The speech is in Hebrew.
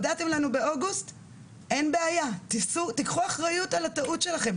הודעתם לנו באוגוסט-אין בעיה! תיקחו אחריות על המעשים שלכם,